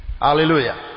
Hallelujah